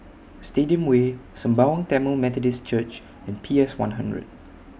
Stadium Way Sembawang Tamil Methodist Church and P S one hundred